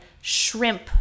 shrimp